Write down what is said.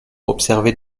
observer